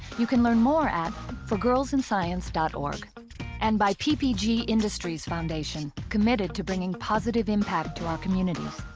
you can learn more at forgirlsinscience dot org and by ppg industries foundation committed to bringing positive impact to our communities.